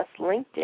LinkedIn